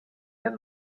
den